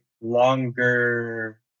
longer